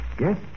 Yes